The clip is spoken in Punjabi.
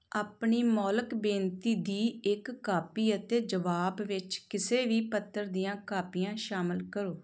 ਆਪਣੀ ਮੌਲਿਕ ਬੇਨਤੀ ਦੀ ਇੱਕ ਕਾਪੀ ਅਤੇ ਜਵਾਬ ਵਿੱਚ ਕਿਸੇ ਵੀ ਪੱਤਰ ਦੀਆਂ ਕਾਪੀਆਂ ਸ਼ਾਮਲ ਕਰੋ